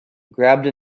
grabbed